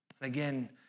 Again